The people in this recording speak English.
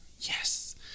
Yes